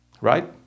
right